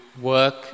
work